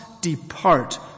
depart